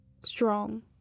Strong